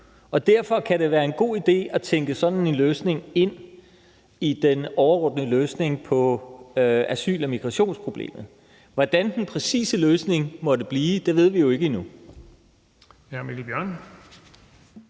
og derfor kan det være en god idé at tænke sådan en løsning ind i den overordnede løsning på asyl- og migrationsproblemet. Hvordan den præcise løsning måtte blive, ved vi jo ikke endnu.